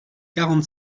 quarante